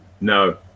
no